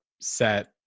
set